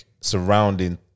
surrounding